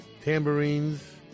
tambourines